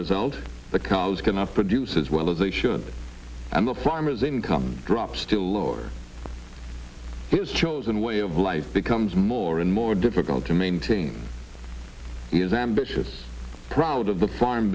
result the cows cannot produce as well as they should and the farmer's income drops to lower his chosen way of life becomes more and more difficult to maintain he's ambitious proud of the farm